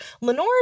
Lenora